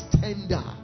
tender